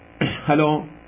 Hello